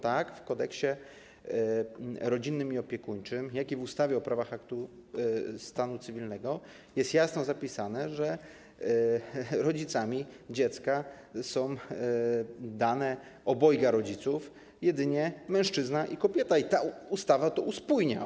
Tak, w Kodeksie rodzinnym i opiekuńczym, jak i w ustawie o prawach aktu stanu cywilnego jest jasno zapisane, że rodzicami dziecka jest oboje rodziców, jedynie mężczyzna i kobieta, i ta ustawa to uspójnia.